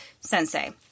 sensei